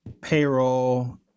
payroll